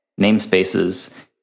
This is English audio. namespaces